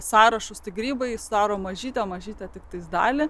sąrašus tai grybai sudaro mažytę mažytę tiktai dalį